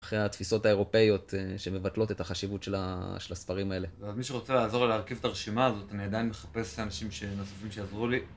אחרי התפיסות האירופאיות שמבטלות את החשיבות של הספרים האלה. מי שרוצה לעזור לי להרכיב את הרשימה הזאת, אני עדיין מחפש אנשים נוספים שיעזרו לי.